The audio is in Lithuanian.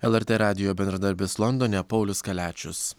lrt radijo bendradarbis londone paulius kaliačius